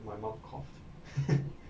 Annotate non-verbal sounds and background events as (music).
my mum coughed (laughs)